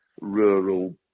rural